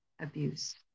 abuse